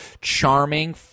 charming